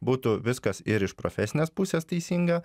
būtų viskas ir iš profesinės pusės teisinga